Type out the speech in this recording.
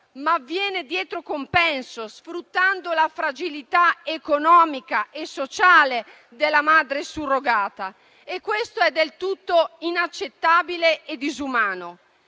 ma avviene dietro compenso sfruttando la fragilità economica e sociale della madre surrogata: questo è del tutto inaccettabile e disumano.